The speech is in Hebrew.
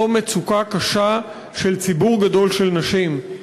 זאת מצוקה קשה של ציבור גדול של נשים.